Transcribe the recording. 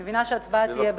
אני מבינה שההצבעה תהיה בתום,